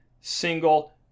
single